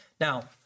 Now